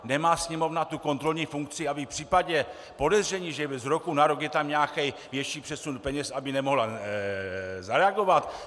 Nemá Sněmovna tu kontrolní funkci, aby v případě podezření, že z roku na rok je tam nějaký větší přesun peněz, nemohla zareagovat?